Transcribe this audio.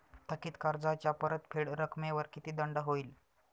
थकीत कर्जाच्या परतफेड रकमेवर किती दंड होईल?